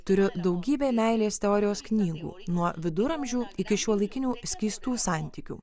turiu daugybę meilės teorijos knygų nuo viduramžių iki šiuolaikinių skystų santykių